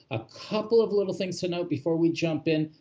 a couple of little things to note before we jump in.